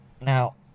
Now